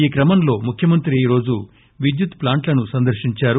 ఈ క్రమంలో ముఖ్యమంత్రి ఈ రోజు విద్యుత్ ప్లాంట్లు సందర్పించారు